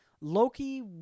Loki